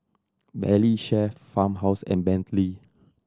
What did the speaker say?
Valley Chef Farmhouse and Bentley